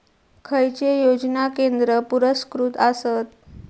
खैचे योजना केंद्र पुरस्कृत आसत?